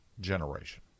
generation